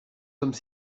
sommes